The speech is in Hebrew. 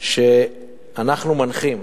שאנחנו מנחים,